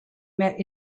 met